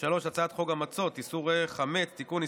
3. הצעת חוק המצות (איסורי חמץ) (תיקון,